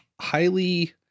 highly